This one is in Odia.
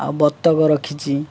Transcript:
ଆଉ ବତକ ରଖିଛି